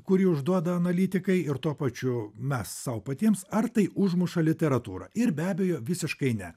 kurį užduoda analitikai ir tuo pačiu mes sau patiems ar tai užmuša literatūrą ir be abejo visiškai ne